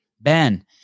Ben